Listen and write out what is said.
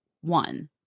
one